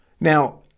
Now